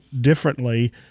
differently